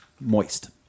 moist